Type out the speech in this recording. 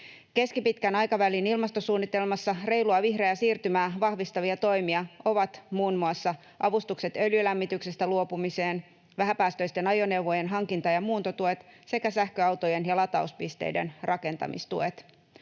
Keskipitkän aikavälin ilmastosuunnitelmassa reilua vihreää siirtymää vahvistavia toimia ovat muun muassa avustukset öljylämmityksestä luopumiseen, vähäpäästöisten ajoneuvojen hankinta- ja muuntotuet sekä sähköautojen latauspisteiden rakentamistuet.